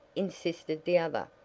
insisted the other.